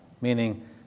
Meaning